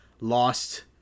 lost